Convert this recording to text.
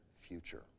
future